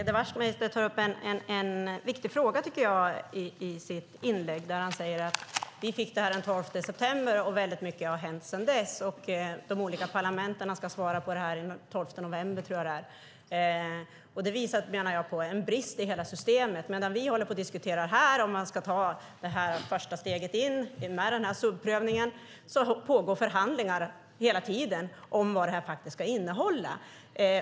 Herr talman! Peder Wachtmeister tar upp en viktig sak i sitt anförande när han säger att vi fick detta den 13 september och mycket har hänt sedan dess. De olika parlamenten ska svara före den 12 november. Det menar jag visar på en brist i systemet. Medan vi diskuterar om vi ska ta första steget in, med subprövningen, pågår hela tiden förhandlingar om vad det faktiskt ska innehålla.